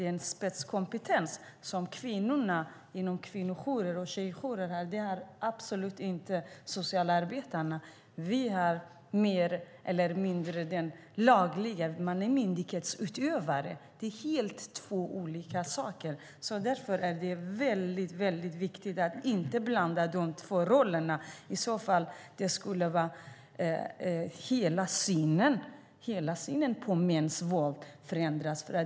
Den spetskompetens som kvinnorna på kvinnojourer och tjejjourer har är inget som socialarbetarna har. Som socialarbetare är man myndighetsutövare. Det är en helt annan sak. Därför är det väldigt viktigt att inte blanda ihop dessa båda roller. I så fall skulle hela synen på mäns våld förändras.